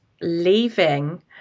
leaving